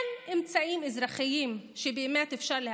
באמת אין אמצעים אזרחיים שאפשר להפעיל?